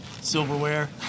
silverware